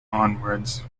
onwards